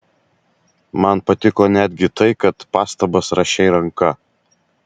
man patiko netgi tai kad pastabas rašei ranka